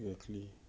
exactly